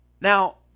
Now